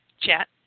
chat